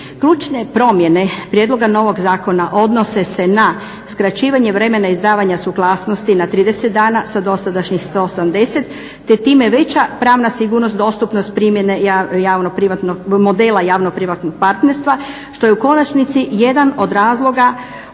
Ključne promjene prijedloga novoga zakona odnose se na skraćivanje vremena izdavanja suglasnosti na 30 dana sa dosadašnjih 180 te time veća pravna sigurnost dostupnost primjene modela javno-privatnog partnerstva što je u konačnici jedan od razloga